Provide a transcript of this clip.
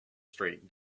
straight